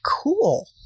cool